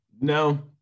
No